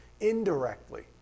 indirectly